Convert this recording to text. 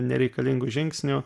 nereikalingų žingsnių